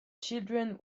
children